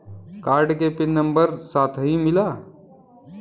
Card के pin number number साथही मिला?